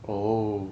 oh